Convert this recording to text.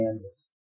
canvas